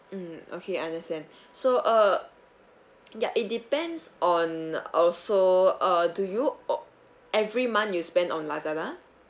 mm okay understand so uh ya it depends on also err do you al~ every month you spend on Lazada